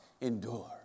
endure